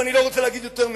ואני לא רוצה להגיד יותר מזה.